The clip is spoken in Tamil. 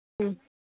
ம்